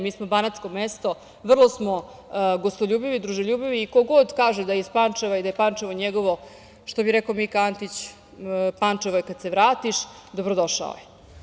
Mi smo banatsko mesto, vrlo smo gostoljubivi, druželjubivi i ko god kaže da je iz Pančeva i da je Pančevo njegovo, što bi rekao Mika Antić – Pančevo je kad se vratiš, dobrodošao je.